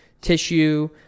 tissue